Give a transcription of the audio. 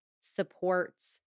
supports